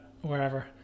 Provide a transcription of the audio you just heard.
wherever